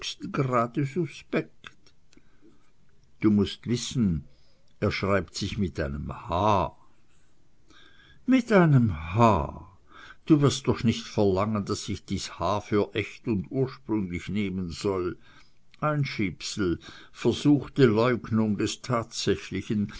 suspekt du mußt wissen er schreibt sich mit einem h mit einem h du wirst doch nicht verlangen daß ich dies h für echt und ursprünglich nehmen soll einschiebsel versuchte leugnung des tatsächlichen